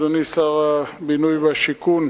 אדוני שר הבינוי והשיכון,